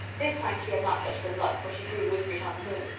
this time she had not such good luck for she drew whiskers-on-the-moon.